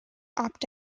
opt